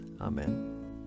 Amen